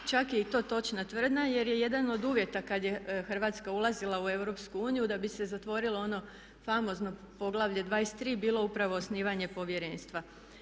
Čak je i to točna tvrdnja, jer je jedan od uvjeta kad je Hrvatska ulazila u EU da bi se zatvorilo ono famozno poglavlje XXIII. bilo upravo osnivanje Povjerenstva.